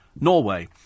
Norway